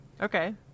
Okay